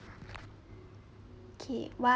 okay one